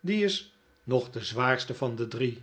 die is nog de zwaarste van de drie